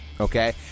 okay